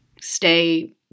stay